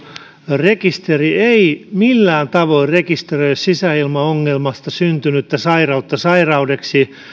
rekisteri ei millään tavoin rekisteröi sisäilmaongelmasta syntynyttä sairautta sairaudeksi